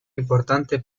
importante